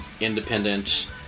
independent